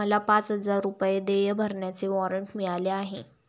मला पाच हजार रुपये देय भरण्याचे वॉरंट मिळाले आहे